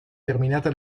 terminata